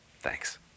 thanks